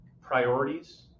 priorities